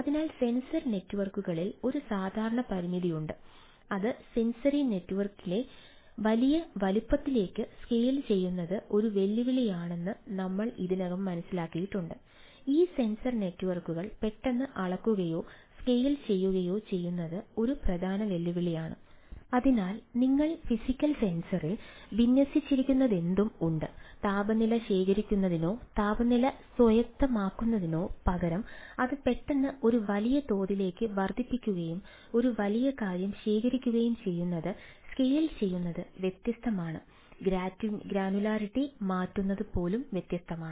അതിനാൽ സെൻസർ നെറ്റ്വർക്കുകളിൽ മാറ്റുന്നത് പോലും വ്യത്യസ്തമാണ്